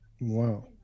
Wow